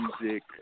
music